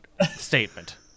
statement